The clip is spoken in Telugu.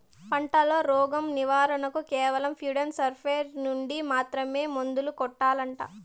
పంట లో, రోగం నివారణ కు కేవలం హ్యాండ్ స్ప్రేయార్ యార్ నుండి మాత్రమే మందులు కొట్టల్లా?